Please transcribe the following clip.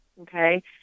okay